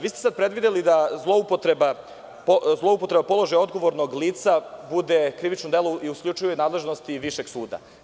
Vi ste sad predvideli da zloupotreba položaja odgovornog lica bude krivično delo i u isključivoj nadležnosti višeg suda.